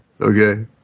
okay